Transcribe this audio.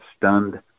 stunned